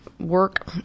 work